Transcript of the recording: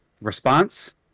response